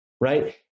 right